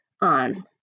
on